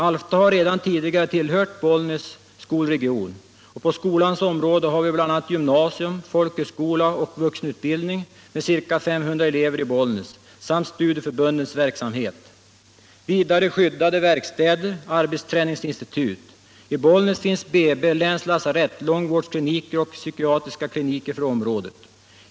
Alfta har redan tidigare tillhört Bollnäs skolregion, och på skolans område har vi bl.a. gymnasium, folkhögskola och vuxenutbildning med ca 500 elever i Bollnäs samt studieförbundens verksamhet. Vidare finns det skyddade verkstäder och arbetsträningsinstitut. I Bollnäs finns BB, länslasarett, långvårdskliniker och psykiatriska kliniker för området.